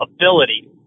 ability